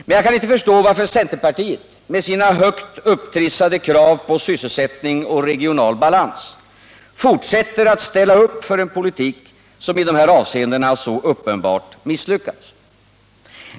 Men jag kan inte förstå varför centerpartiet, med sina högt upptrissade krav på sysselsättning och regional balans, fortsätter att ställa upp för en politik, som i de här avseendena så uppenbart misslyckats.